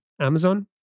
amazon